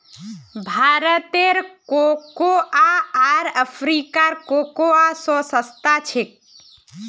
भारतेर कोकोआ आर अफ्रीकार कोकोआ स सस्ता छेक